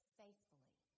faithfully